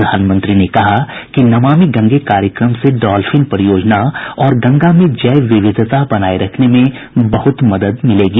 प्रधानमंत्री ने कहा कि नमामि गंगे कार्यक्रम से डॉल्फिन परियोजना और गंगा में जैव विविधता बनाये रखने में भी बहुत मदद मिलेगी